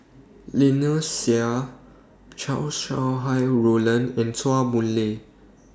Lynnette Seah Chow Sau Hai Roland in Chua Boon Lay